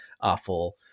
awful